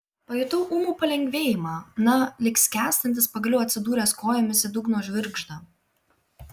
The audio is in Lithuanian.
pajutau ūmų palengvėjimą na lyg skęstantis pagaliau atsidūręs kojomis į dugno žvirgždą